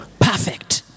perfect